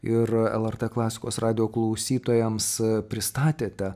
ir lrt klasikos radijo klausytojams pristatėte